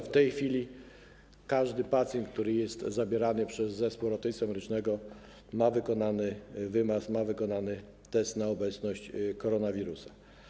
W tej chwili każdy pacjent, który jest zabierany przez zespół ratownictwa medycznego, ma wykonywany wymaz, ma wykonywany test na obecność koronawirusa.